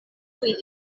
tuj